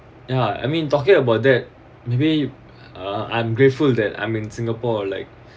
ya I mean talking about that maybe uh I'm grateful that I'm in singapore or like